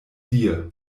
dir